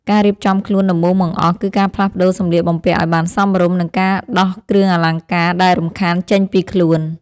ការរៀបចំខ្លួនដំបូងបង្អស់ គឺការផ្លាស់ប្តូរសម្លៀកបំពាក់ឱ្យបានសមរម្យ និងការដោះគ្រឿងអលង្ការដែលរំខានចេញពីខ្លួន។